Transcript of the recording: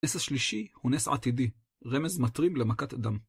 נס השלישי הוא נס עתידי, רמז מטרים למכת הדם.